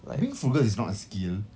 being frugal is not a skill